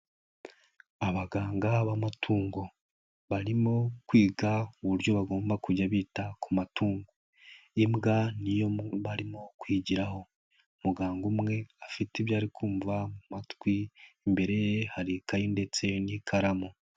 Abaganga b'amatungo barimo kwiga uburyo bagomba kujya bita ku matungo, imbwa ni yo barimo kwigiraho muganga umwe afite ibyo ari kumva mu matwi, imbere ye hari ikayi ndetse n'ikaramu.